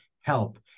help